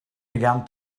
began